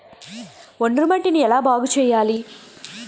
ఒండ్రు మట్టిని ఎలా బాగుంది చేయాలి?